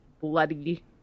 bloody